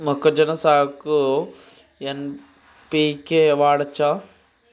మొక్కజొన్న సాగుకు ఎన్.పి.కే వాడచ్చా?